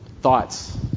Thoughts